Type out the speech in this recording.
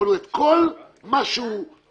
אני רק מסביר דבר